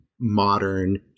modern